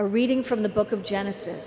a reading from the book of genesis